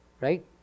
Right